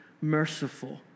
Merciful